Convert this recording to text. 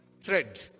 thread